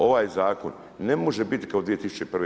Ovaj Zakon ne može biti kao 2001.